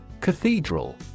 Cathedral